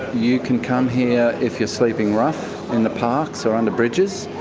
you can come here if you're sleeping rough in the parks or under bridges.